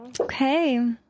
Okay